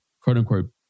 quote-unquote